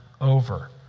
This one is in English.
over